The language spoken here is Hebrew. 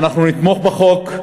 אנחנו נתמוך בחוק,